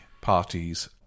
parties